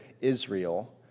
Israel